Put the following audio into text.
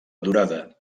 durada